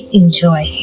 enjoy